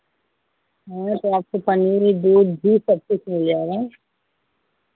हाँ तो आपको पनीर भी दूध भी सब कुछ मिल जा रहें